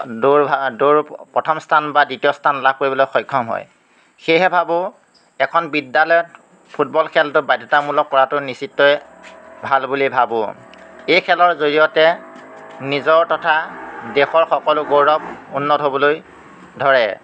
দৌৰ দৌৰ প্ৰথম স্থান বা দ্বিতীয় স্থান লাভ কৰিবলৈ সক্ষম হয় সেয়েহে ভাবোঁ এখন বিদ্যালয়ত ফুটবল খেলটো বাধ্যতামূলক কৰাটো নিশ্চিত ভাল বুলি ভাবোঁ এই খেলৰ জৰিয়তে নিজৰ তথা দেশৰ সকলো গৌৰৱ উন্নত হ'বলৈ ধৰে